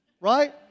right